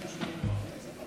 חבריו על שהגיעו לפה היום.